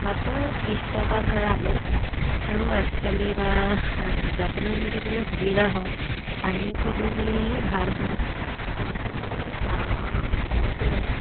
বাছত বিছ টকা ভাড়া লয় আৰু আজিকালি বা যাবলৈ মেলিবলৈ সুবিধা হ'ল আলি পদূলি ভাল হ'ল আজিকালি গাঁৱৰ অঞ্চলতো